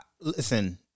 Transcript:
Listen